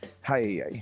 Hi